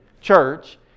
church